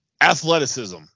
Athleticism